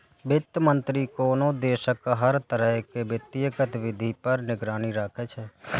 वित्त मंत्री कोनो देशक हर तरह के वित्तीय गतिविधि पर निगरानी राखै छै